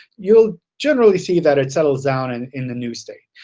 you'll generally see that it settles down and in the new state.